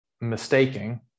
mistaking